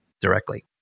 directly